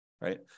right